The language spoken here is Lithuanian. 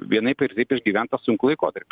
vienaip ar kitaip išgyvent tą sunkų laikotarpį